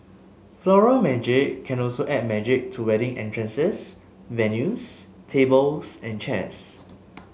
Floral Magic can also add magic to wedding entrances venues tables and chairs